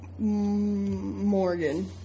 Morgan